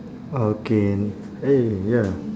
okay eh ya